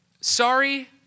sorry